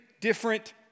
different